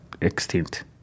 extinct